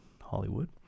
Hollywood